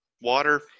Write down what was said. water